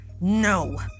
No